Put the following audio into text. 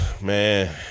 Man